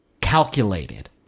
Calculated